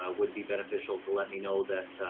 ah would be beneficial to let me know that, ah,